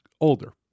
older